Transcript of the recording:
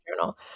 journal